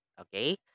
okay